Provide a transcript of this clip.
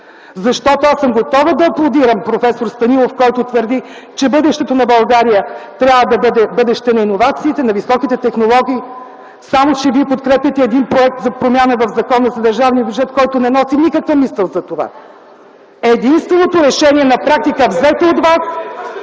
текст. Аз съм готова да аплодирам проф. Станилов, който твърди, че бъдещето на България трябва да бъде бъдеще на иновациите, на високите технологии, само че вие подкрепяте един проект за промяна в Закона за държавния бюджет, който не носи никаква мисъл за това. Единственото решение на практика взето от вас